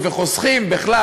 וחוסכים בכלל,